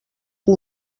que